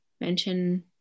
mention